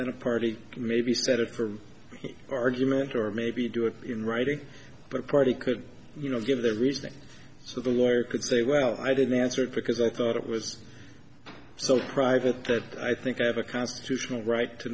then a party may be set up for argument or maybe do it in writing but party could you know give the reasoning so the lawyer could say well i didn't answer it because i thought it was so private that i think i have a constitutional right to